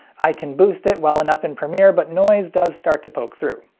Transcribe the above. i can boost it well enough in premiere but noise does start to poke through.